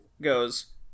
goes